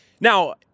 Now